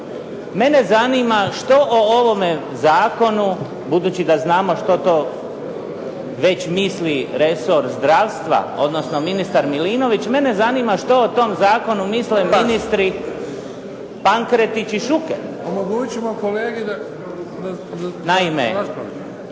Mene zanima što o ovome zakonu, budući da znamo što to već misli resor zdravstva, odnosno ministar Milinović, mene zanima što o tom zakonu misle ministri Pankretić i Šuker. Naime, duhan je